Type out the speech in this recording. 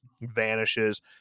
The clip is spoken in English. vanishes